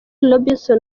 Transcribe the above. robinson